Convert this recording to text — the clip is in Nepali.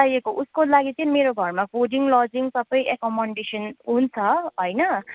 चाहिएको उसको लागि चाहिँ मेरो घरमा फुडिङ लजिङ सबै एकोमोन्डेसन हुन्छ होइन